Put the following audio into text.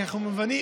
כי אנחנו מבינים: